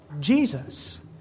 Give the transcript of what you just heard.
Jesus